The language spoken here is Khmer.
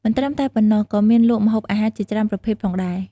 មិនត្រឹមតែប៉ុណ្ណោះ ក៏មានលក់ម្ហូបអាហារជាច្រើនប្រភេទផងដែរ។